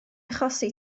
achosi